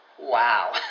Wow